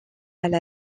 elle